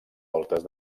voltes